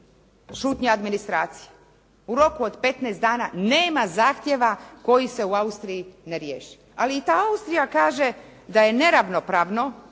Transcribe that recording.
šutnja administracije. U roku od 15 dana nema zahtjeva koji se u Austriji ne riješi. Ali i ta Austrija kaže da je neravnopravno